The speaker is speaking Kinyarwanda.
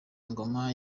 ingoma